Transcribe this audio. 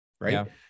Right